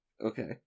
Okay